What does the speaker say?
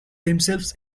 themselves